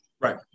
Right